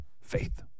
Faith